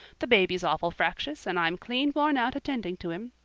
the baby's awful fractious, and i'm clean worn out attending to him.